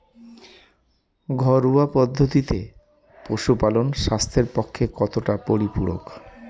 ঘরোয়া পদ্ধতিতে পশুপালন স্বাস্থ্যের পক্ষে কতটা পরিপূরক?